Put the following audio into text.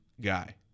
guy